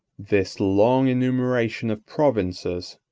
this long enumeration of provinces,